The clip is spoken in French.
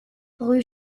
rue